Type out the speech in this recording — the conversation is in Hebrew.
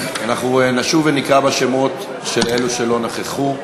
אנחנו נשוב ונקרא בשמות אלה שלא נכחו.